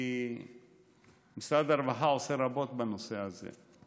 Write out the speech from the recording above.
כי משרד הרווחה עושה רבות בנושא הזה.